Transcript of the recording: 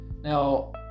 now